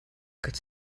could